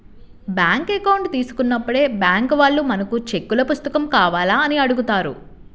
bank account తీసుకున్నప్పుడే bank వాళ్ళు మనకు చెక్కుల పుస్తకం కావాలా అని అడుగుతారు